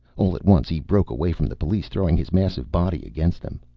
all at once he broke away from the police, throwing his massive body against them.